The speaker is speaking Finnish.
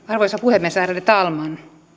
arvoisa puhemies ärade talman